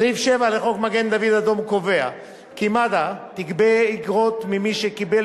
סעיף 7 לחוק מג-דוד-אדום קובע כי מד"א תגבה אגרות ממי שקיבל